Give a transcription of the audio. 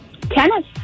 Tennis